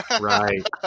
Right